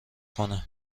کنه